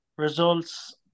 Results